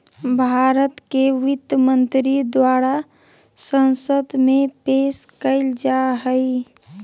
भारत के वित्त मंत्री द्वारा संसद में पेश कइल जा हइ